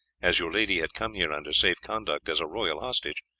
as your lady had come here under safe-conduct as a royal hostage,